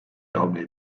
almayı